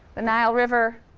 the nile river,